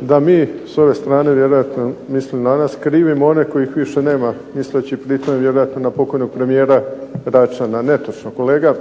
da mi s ove strane vjerojatno misli na nas krivimo one kojih više nema, misleći pri tome vjerojatno na pokojnog premijera Račana. Netočno kolega.